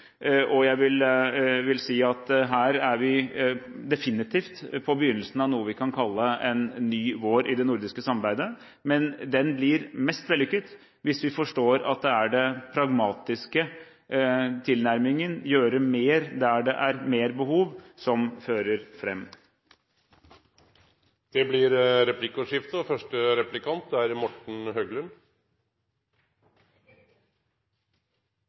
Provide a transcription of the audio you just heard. Jeg vil si at her er vi definitivt på begynnelsen av noe vi kan kalle «en ny vår» i det nordiske samarbeidet, men den blir mest vellykket hvis vi forstår at det er den pragmatiske tilnærmingen – å gjøre mer der det er mer behov – som fører fram. Det blir replikkordskifte. Det praktiske samarbeidet i Norden er